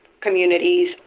communities